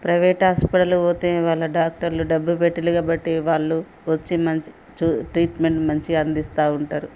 private హాస్పిటల్కి పోతే వాళ్ళ డాక్టర్లు డబ్బు పెట్టాలి కాబట్టి వాళ్ళు వచ్చి మంచి ట్రీట్మెంట్ మంచిగా అందిస్తూ ఉంటారు